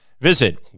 Visit